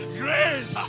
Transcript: grace